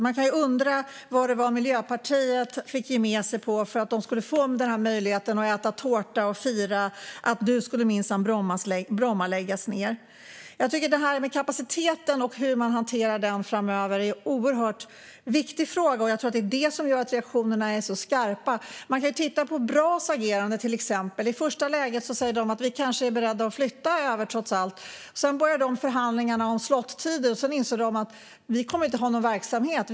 Man kan ju undra vad det var Miljöpartiet fick ge med sig på för att de skulle få möjligheten att äta tårta och fira att Bromma nu minsann skulle läggas ned. Kapaciteten och hur man hanterar den framöver är en oerhört viktig fråga, och jag tror att det är det som gör att reaktionerna är så skarpa. Man kan till exempel titta på BRA:s agerande. I det första läget säger de att de kanske är beredda att flytta över trots allt. Sedan börjar förhandlingarna om slottider, och då inser de att de inte kommer att ha någon verksamhet.